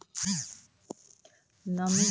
नामी के कम या बेसी फसल पर की असर डाले छै?